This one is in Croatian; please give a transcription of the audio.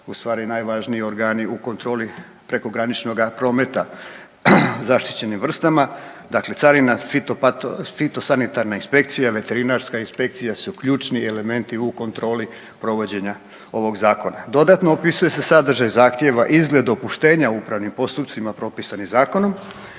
u stvari najvažniji organi u kontroli prekograničnoga prometa zaštićenim vrstama, dakle carina, fitosanitarna inspekcija, veterinarska inspekcija su ključni elementi u kontroli provođenja ovog zakona. Dodatno opisuje se sadržaj zahtjeva, izgled dopuštenja o upravnim postupcima propisanim zakonom,